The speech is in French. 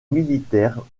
militaires